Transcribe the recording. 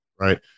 Right